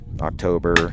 October